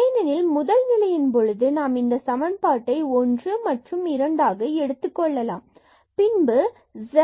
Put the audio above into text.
ஏனெனில் முதல் நிலையின் பொழுது நாம் இந்த சமன்பாட்டை 1 மற்றும் 2 ஆக எடுத்துக்கொள்ளலாம் பின்பு z